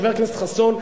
חבר הכנסת חסון,